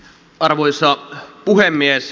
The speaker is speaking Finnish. arvoisa puhemies